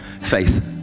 faith